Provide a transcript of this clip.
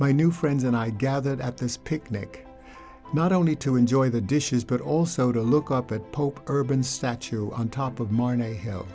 my new friends and i gathered at this picnic not only to enjoy the dishes but also to look up at pope urban statue on top of mine a h